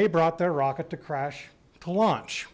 they brought their rocket to crash to launch